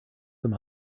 them